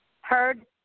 heard